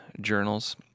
journals